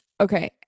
okay